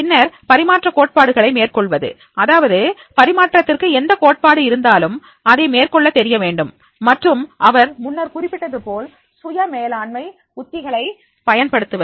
பின்னர் பரிமாற்ற கோட்பாடுகளை மேற்கொள்வது அதாவது பரிமாற்றத்திற்கு எந்த கோட்பாடு இருந்தாலும் அதை மேற்கொள்ள தெரிய வேண்டும் மற்றும் நான் முன்னர் குறிப்பிட்டது போல் சுய மேலாண்மை உத்திகளை பயன்படுத்துவது